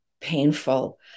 painful